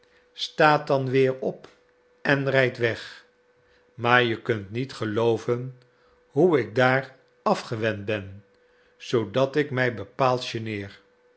staat dan weer op en rijdt weg maar je kunt niet gelooven hoe ik daar afgewend ben zoodat ik mij bepaald geneer